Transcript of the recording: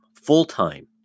Full-time